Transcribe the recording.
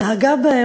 נהגה בהם,